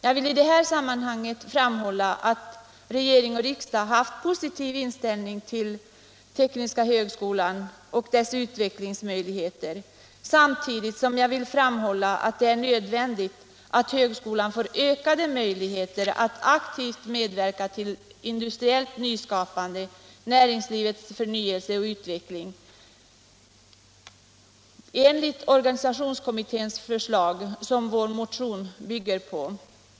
Jag vill i detta sammanhang framhålla att regering och riksdag haft en positiv inställning till tekniska högskolan och dess utvecklingsmöjligheter, samtidigt som jag vill framhålla att det är nödvändigt att högskolan får ökade möjligheter att aktivt medverka till industriellt nyskapande och till näringslivets förnyelse och utveckling enligt organisationskommitténs förslag, som vår motion bygger på.